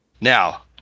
Now